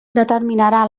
determinarà